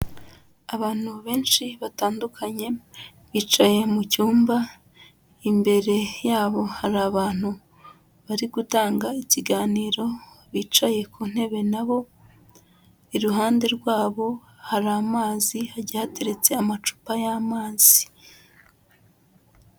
Abantu benshi batandukanye bicaye mu cyumba, imbere yabo hari abantu bari gutanga ikiganiro bicaye ku ntebe nabo iruhande rwabo hari amazi hagiye hateretse amacupa y'amazi.